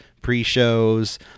pre-shows